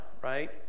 Right